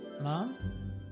Mom